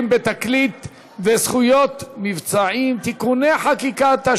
בתקליט וזכויות מבצעים (תיקוני חקיקה),